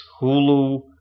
Hulu